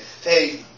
hey